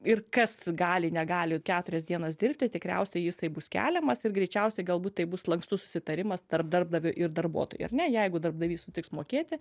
ir kas gali negali keturias dienas dirbti tikriausiai jisai bus keliamas ir greičiausiai galbūt tai bus lankstus susitarimas tarp darbdavio ir darbuotojo ar ne jeigu darbdavys sutiks mokėti